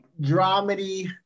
dramedy